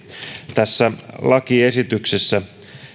tässä lakiesityksessä